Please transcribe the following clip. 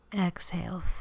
Exhale